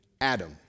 Adam